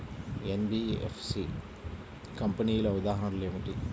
NBFC కంపెనీల ఉదాహరణ ఏమిటి?